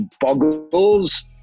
boggles